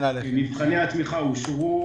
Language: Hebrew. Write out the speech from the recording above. מבחני התמיכה אושרו,